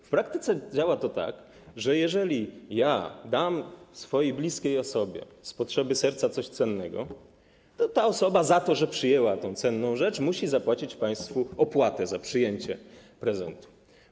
W praktyce działa to tak, że jeżeli dam bliskiej osobie z potrzeby serca coś cennego, to ta osoba za to, że przyjęła tę cenną rzecz, musi zapłacić państwu opłatę za przyjęcie prezentu.